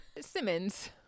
Simmons